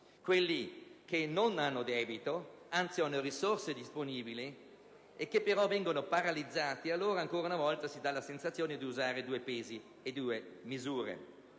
quelli che non hanno debito ed anzi hanno risorse disponibili che però vengono paralizzate, allora ancora una volta si dà la sensazione di usare due pesi e due misure.